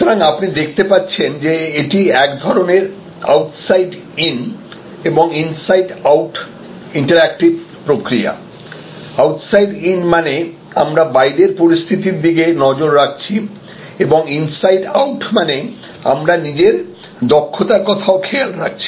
সুতরাং আপনি দেখতে পাচ্ছেন এটি এক ধরনের আউটসাইড ইন এবং ইনসাইড আউট ইন্টারেক্টিভ প্রক্রিয়া আউটসাইড ইন মানে আমরা বাইরের পরিস্থিতির দিকে নজর রাখছি এবং ইনসাইড আউট মানে আমরা নিজেদের দক্ষতার কথাও খেয়াল রাখছি